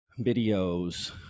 videos